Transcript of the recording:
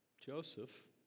Joseph